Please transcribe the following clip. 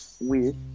weird